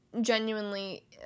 genuinely